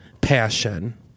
passion